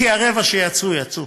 כי הרבע שיצאו, יצאו.